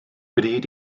bryd